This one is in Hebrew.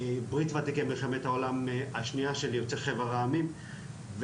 וותיקי ברית מלחמת העולם השנייה של יוצאי חבר העמים ויש